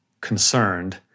concerned